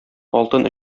алтын